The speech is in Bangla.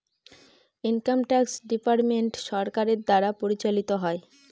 ইনকাম ট্যাক্স ডিপার্টমেন্ট সরকারের দ্বারা পরিচালিত হয়